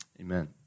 Amen